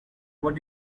what